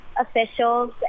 officials